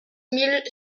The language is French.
mille